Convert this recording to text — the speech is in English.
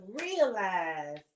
realize